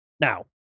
Now